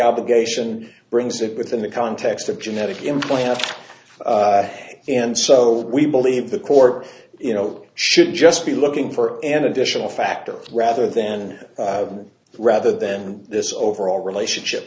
obligation brings it within the context of genetic implants and so we believe the court you know should just be looking for an additional factor rather then rather than this overall relationship